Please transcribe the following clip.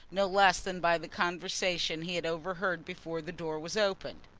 no less than by the conversation he had overheard before the door was opened.